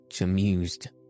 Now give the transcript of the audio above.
amused